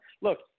Look